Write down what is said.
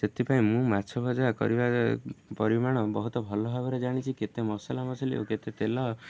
ସେଥିପାଇଁ ମୁଁ ମାଛ ଭଜା କରିବା ପରିମାଣ ବହୁତ ଭଲ ଭାବରେ ଜାଣିଛି କେତେ ମସଲାମସଲି ଆଉ କେତେ ତେଲ